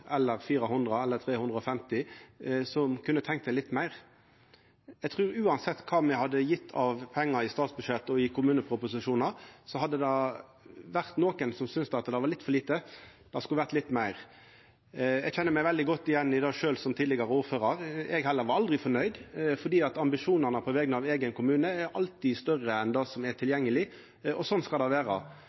eller 400 eller 350 som kunne tenkt seg litt meir. Eg trur at uansett kva ein hadde gitt av pengar i statsbudsjettet og i kommuneproposisjonar, hadde nokon synst at det var litt for lite, det skulle ha vore litt meir. Som tidlegare ordførar kjenner eg meg veldig godt igjen i det. Eg var heller aldri fornøgd, fordi ambisjonane på vegner av eigen kommune alltid er større enn det som er tilgjengeleg, og sånn skal det vera.